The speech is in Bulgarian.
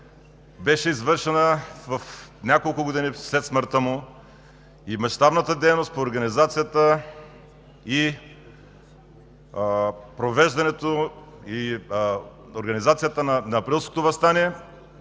беше извършена, няколко години след смъртта му, мащабната дейност по организацията и провеждането на Априлското въстание,